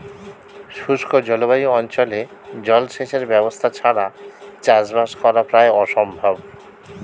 শুষ্ক জলবায়ু অঞ্চলে জলসেচের ব্যবস্থা ছাড়া চাষবাস করা প্রায় অসম্ভব